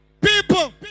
People